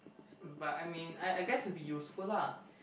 but I mean I I guess it'll be useful lah